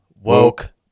Woke